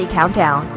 Countdown